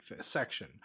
section